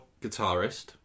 guitarist